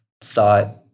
thought